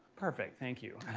perfect. thank you.